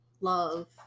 love